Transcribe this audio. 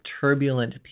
turbulent